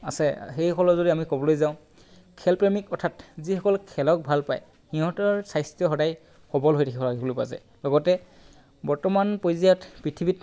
আছে সেইসকলক আমি যদি ক'বলৈ যাওঁ খেল প্ৰেমিক অৰ্থাৎ যিসকল খেলক ভাল পায় সিহঁতৰ স্বাস্থ্য সদায় সবল হৈ থকা দেখিবলৈ পোৱা যায় লগতে বৰ্তমান পৰ্যায়ত পৃথিৱীত